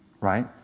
right